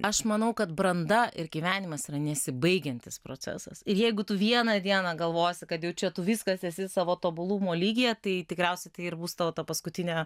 aš manau kad branda ir gyvenimas yra nesibaigiantis procesas ir jeigu tu vieną dieną galvosi kad jau čia tu viskas esi savo tobulumo lygyje tai tikriausiai tai ir bus tavo ta paskutinė